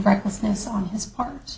recklessness on his part